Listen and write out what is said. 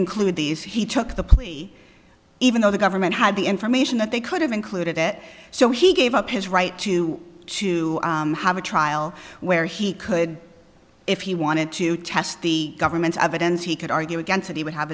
include these he took the plea even though the government had the information that they could have included it so he gave up his right to to have a trial where he could if he wanted to test the government's evidence he could argue against it he would have